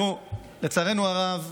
לצערנו הרב,